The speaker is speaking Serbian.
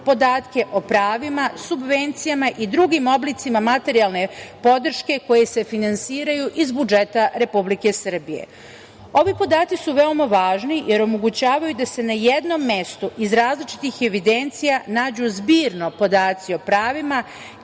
podatke o pravima, subvencijama i drugim oblicima materijalne podrške koji se finansiraju iz budžeta Republike Srbije. Ovi podaci su veoma važni jer omogućavaju da se na jednom mestu iz različitih evidencija nađu zbirno podaci o pravima,